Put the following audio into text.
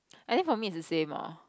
I think for me is the same lor